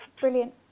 Brilliant